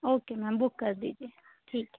okay ma'am book कर दीजिए ठीक